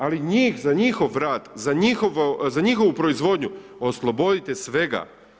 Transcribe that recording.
Ali njih za njihov rad, za njihovu proizvodnju oslobodite svega.